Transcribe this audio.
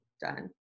done